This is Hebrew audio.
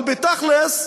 אבל בתכל'ס,